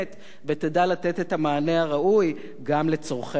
לתת את המענה הראוי גם לצורכי המשק,